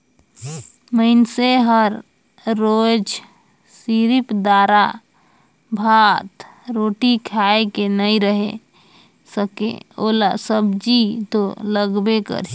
मइनसे हर रोयज सिरिफ दारा, भात, रोटी खाए के नइ रहें सके ओला सब्जी तो लगबे करही